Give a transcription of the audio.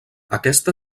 aquesta